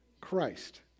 Christ